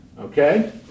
Okay